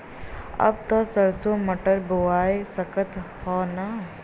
अब त सरसो मटर बोआय सकत ह न?